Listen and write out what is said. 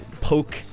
poke